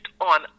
on